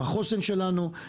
עם החוסן שלנו,